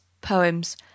Poems